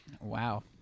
Wow